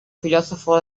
filósofo